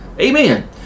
amen